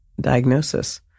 diagnosis